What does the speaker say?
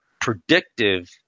predictive